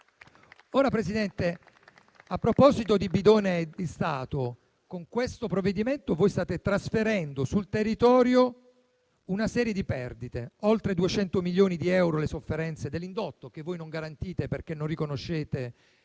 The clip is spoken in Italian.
a proposito di bidone di Stato, con questo provvedimento voi state trasferendo sul territorio una serie di perdite: oltre 200 milioni di euro per le sofferenze dell'indotto, che voi non garantite, perché non riconoscete la cessione